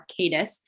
Arcadis